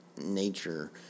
nature